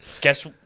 Guess